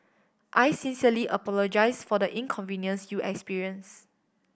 I sincerely apologise for the inconvenience you experience